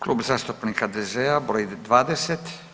Klub zastupnika HDZ-a, broj 20.